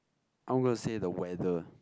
I'm gonna say the weather